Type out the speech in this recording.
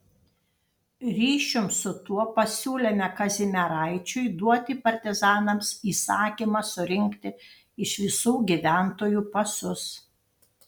ryšium su tuo pasiūlėme kazimieraičiui duoti partizanams įsakymą surinkti iš visų gyventojų pasus